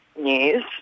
news